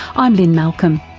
i'm lynne malcolm,